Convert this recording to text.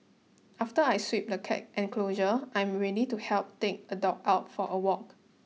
after I sweep the cat enclosure I am ready to help take a dog out for a walk